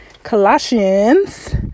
Colossians